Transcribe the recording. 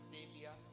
Savior